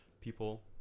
people